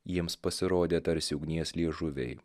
jiems pasirodė tarsi ugnies liežuviai